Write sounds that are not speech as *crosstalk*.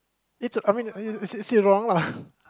it's I mean I mean say say wrong lah *laughs*